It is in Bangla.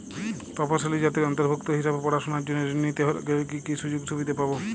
তফসিলি জাতির অন্তর্ভুক্ত হিসাবে পড়াশুনার জন্য ঋণ নিতে গেলে কী কী সুযোগ সুবিধে পাব?